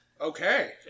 Okay